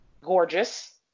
gorgeous